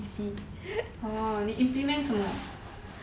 oh 你 implement 什么